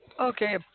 Okay